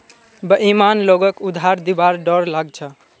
बेईमान लोगक उधार दिबार डोर लाग छ